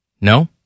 No